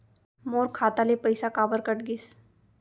मोर खाता ले पइसा काबर कट गिस?